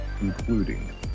including